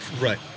Right